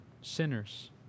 sinners